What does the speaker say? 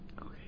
Okay